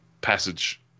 passage